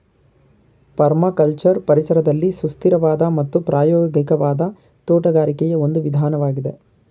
permaculture ಪರಿಸರದಲ್ಲಿ ಸುಸ್ಥಿರವಾದ ಮತ್ತು ಪ್ರಾಯೋಗಿಕವಾದ ತೋಟಗಾರಿಕೆಯ ಒಂದು ವಿಧಾನವಾಗಿದೆ